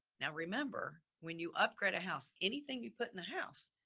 now remember when you upgrade a house, anything you put in the house,